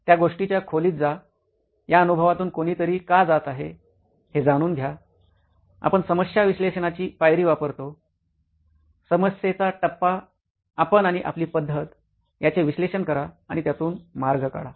त्या गोष्टीच्या खोलीत जा या अनुभवातून कोणीतरी का जात आहे हे जाणून घ्या आपण समस्या विश्लेषणाची पायरी वापरतो समस्येचा टप्पा आपण आणि आपली पद्धत याचे विश्लेषण करा आणि त्यातून मार्ग काढा